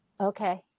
Okay